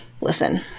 listen